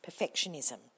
perfectionism